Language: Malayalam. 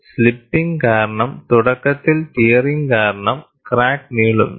അതിനാൽസ്ലിപ്പിങ് കാരണംതുടക്കത്തിൽ ടീയറിങ് കാരണം ക്രാക്ക് നീളുന്നു